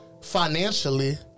Financially